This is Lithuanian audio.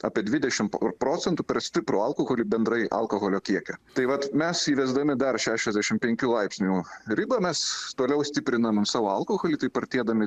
apie dvidešim procentų per stiprų alkoholį bendrai alkoholio kiekio tai vat mes įvesdami dar šešiasdešim penkių laipsnių ribą mes toliau stiprinam savo alkoholį taip artėdami